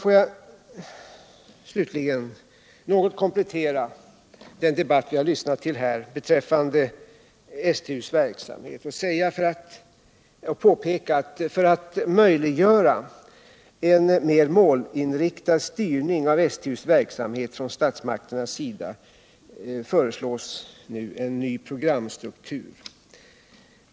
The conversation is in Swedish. Låt mig slutligen något komplettera den debatt vi har lyssnat till här beträffande STU:s verksamhet och påpeka, att det för att möjliggöra för statsmakterna att få en mer målinriktad styrning av STU:s verksamhet nu föreslås en ny programstruktur.